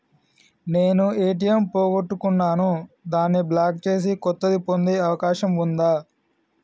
నేను ఏ.టి.ఎం పోగొట్టుకున్నాను దాన్ని బ్లాక్ చేసి కొత్తది పొందే అవకాశం ఉందా?